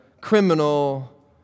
criminal